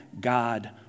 God